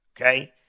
Okay